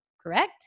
correct